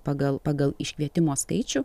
pagal pagal iškvietimo skaičių